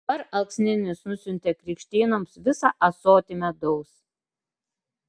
dabar alksninis nusiuntė krikštynoms visą ąsotį medaus